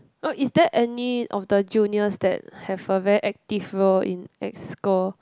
no is there any of the juniors that have a very active role in exco